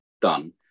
done